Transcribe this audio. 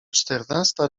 czternasta